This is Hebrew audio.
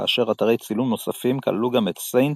כאשר אתרי צילום נוספים כללו גם את סנט